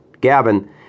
Gavin